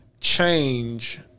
change